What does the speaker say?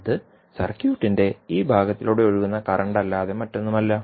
അത് സർക്യൂട്ടിന്റെ ഈ ഭാഗത്തിലൂടെ ഒഴുകുന്ന കറൻറ് അല്ലാതെ മറ്റൊന്നുമല്ല